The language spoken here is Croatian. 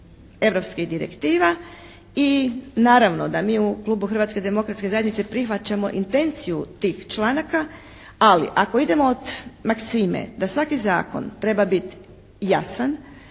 europskih direktiva i naravno da mi u klubu Hrvatske demokratske zajednice prihvaćamo intenciju tih članaka, ali ako idemo od maksime da svaki zakon treba biti jasan